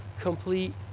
complete